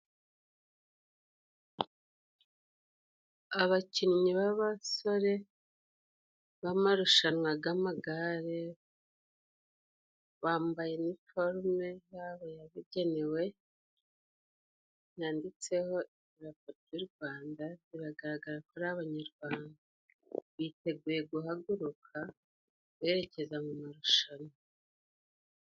Abakinnyi b'abasore b'amarushanwa g'amagare, bambaye iniforume yabo yabigenewe, yanditseho idarapo ry'u Rwanda. Biragaragara ko ari Abanyarwanda, biteguye guhaguruka beherekeza mu marushanwa.